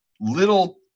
little